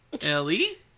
Ellie